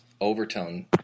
overtone